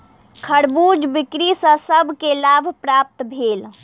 खरबूजा बिक्री सॅ सभ के लाभ प्राप्त भेल